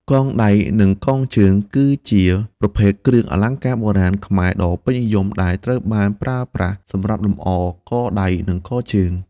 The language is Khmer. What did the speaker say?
កងដៃ និងកងជើង គឺជាប្រភេទគ្រឿងអលង្ការបុរាណខ្មែរដ៏ពេញនិយមដែលត្រូវបានប្រើប្រាស់សម្រាប់លម្អ កដៃ និងកជើង។